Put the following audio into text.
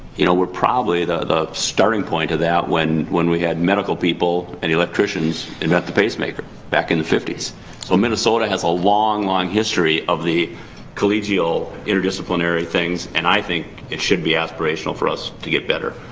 you know we're probably the the starting point of that when when we had medical people and electricians invent the pacemaker back in the fifty so so minnesota has a long, long history of the collegial interdisciplinary things. and i think it should be aspirational for us to get better.